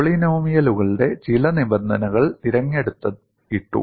പോളിനോമിയലുകളുടെ ചില നിബന്ധനകൾ തിരഞ്ഞെടുത്ത് ഇട്ടു